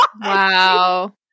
Wow